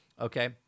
Okay